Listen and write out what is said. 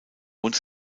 und